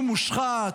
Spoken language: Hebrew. שהוא מושחת,